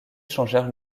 changèrent